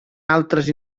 altres